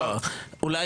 באב, 19 ביולי